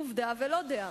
עובדה ולא דעה.